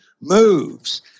moves